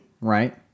right